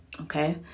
Okay